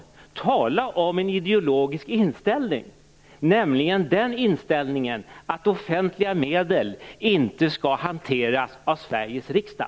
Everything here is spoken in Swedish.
Här kan man tala om en ideologisk inställning, nämligen den inställningen att offentliga medel inte skall hanteras av Sveriges riksdag.